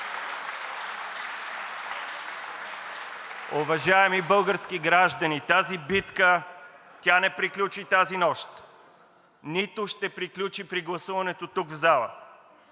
Уважаеми български граждани, тази битка не приключи тази нощ, нито ще приключи при гласуването тук в залата.